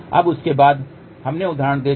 अब उसके बाद हमने उदाहरण देखा